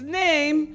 name